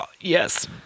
yes